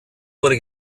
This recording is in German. wurde